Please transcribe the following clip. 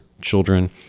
children